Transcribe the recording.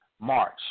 March